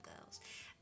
Girls